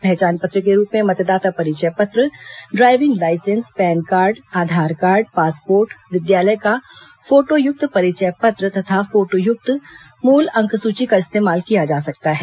पहचान पत्र के रूप में मतदाता परिचय पत्र driving licence PAN card Aadhaar card passport विद्यालय का फोटोयुक्त परिचय पत्र तथा फोटोयुक्त मूल अंक सूची का इस्तेमाल किया जा सकता है